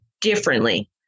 differently